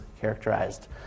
characterized